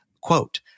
Quote